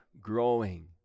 growing